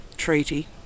treaty